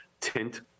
tint